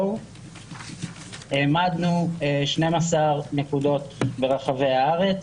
העמדנו 12 נקודות ברחבי הארץ,